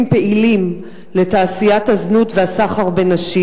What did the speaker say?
פעילים לתעשיית הזנות והסחר בנשים.